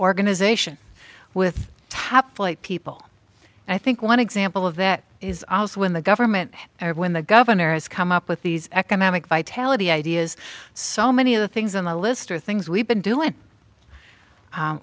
organization with top flight people and i think one example of that is also when the government or when the governor has come up with these economic vitality ideas so many of the things on the list are things we've been doing